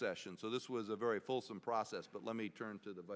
session so this was a very fulsome process but let me turn to the